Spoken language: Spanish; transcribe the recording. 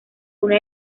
una